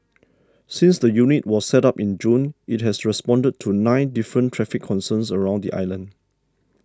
since the unit was set up in June it has responded to nine different traffic concerns around the island